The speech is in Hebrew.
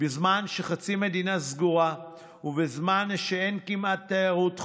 בזמן שחצי מדינה סגורה ובזמן שאין כמעט תיירות חו"ל,